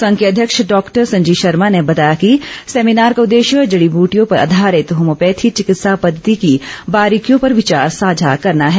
संघ के अध्यक्ष डॉक्टर संजीव शर्मा ने बताया कि सेमिनार का उद्देश्य जड़ी बूटियों पर आधारित होमोपैथी चिकित्सा पद्धति की बारीकियों पर विचार साझा करना है